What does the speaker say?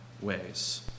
ways